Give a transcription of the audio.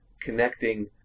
connecting